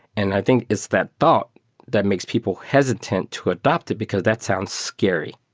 and i think it's that thought that makes people hesitant to adapt it, because that sounds scary.